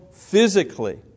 Physically